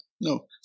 No